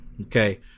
okay